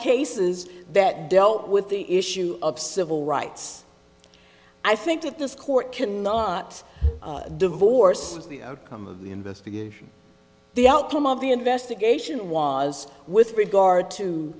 cases that dealt with the issue of civil rights i think that this court cannot divorce the outcome of the investigation the outcome of the investigation was with regard